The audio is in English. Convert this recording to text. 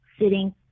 sitting